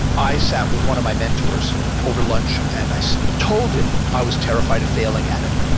i sat with one of my mentors over lunch and i so told him i was terrified of failing at it.